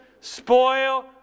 spoil